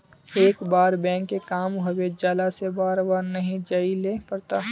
एक बार बैंक के काम होबे जाला से बार बार नहीं जाइले पड़ता?